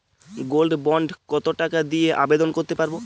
Gold bond কত টাকা দিয়ে আবেদন করতে পারবো?